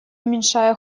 уменьшая